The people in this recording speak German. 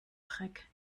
dreck